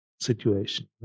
situation